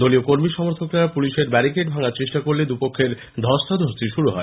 দলীয় কর্মী সমর্থকরা পুলিশের ব্যারিকেড ভাঙার চেষ্টা করলে দুপক্ষের ধস্তাধস্তি শুরু হয়